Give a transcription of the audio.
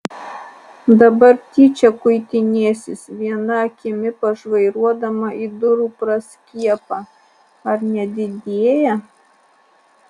dabar tyčia kuitinėsis viena akimi pažvairuodama į durų praskiepą ar nedidėja